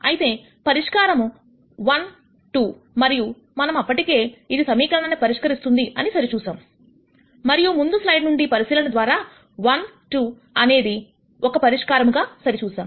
అయితే పరిష్కారము 1 2 మరియు మనం అప్పటికే ఇది సమీకరణాన్ని పరిష్కరిస్తుంది అని సరిచూశాం మరియు ముందు స్లైడ్ నుండి పరిశీలన ద్వారా 1 2 అనేది ఒక పరిష్కారముగా సరిచూశాం